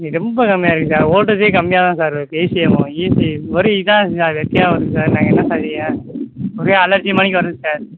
இங்கே ரொம்ப கம்மியாக இருக்குது சார் வோல்டேஜே கம்மியாக தான் சார் இருக்குது ஏசி ஏசி ஒரே இதாக இருக்குது சார் வெக்கையா வருது சார் நாங்கள் என்ன சார் செய்ய ஒரே அலர்ஜிமாரிக்கு வருது சார்